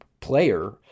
player